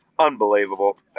unbelievable